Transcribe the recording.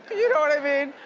you know what i mean?